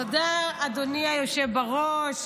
תודה, אדוני היושב בראש.